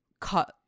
Cut